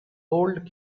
old